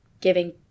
Giving